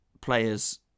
players